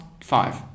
five